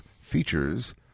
features